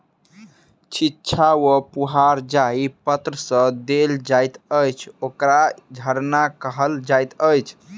छिच्चा वा फुहार जाहि पात्र सँ देल जाइत अछि, ओकरा झरना कहल जाइत अछि